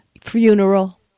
funeral